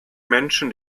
menschen